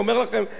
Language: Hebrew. לא נבונים,